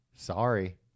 Sorry